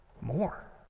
more